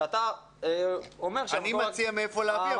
שאתה אומר שהמקור התקציבי --- אני מציע מאיפה להביא,